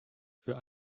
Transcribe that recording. für